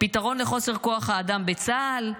פתרון לחוסר כוח האדם בצה"ל?